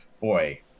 boy